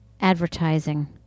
advertising